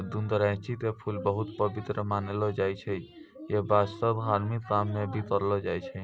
गुदरैंची के फूल बहुत पवित्र मानलो जाय छै यै वास्तं धार्मिक काम मॅ भी करलो जाय छै